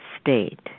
state